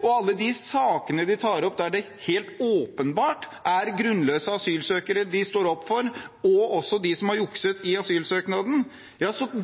og alle de sakene de tar opp der det helt åpenbart er grunnløse asylsøkere de står opp for, også dem som har jukset i asylsøknaden,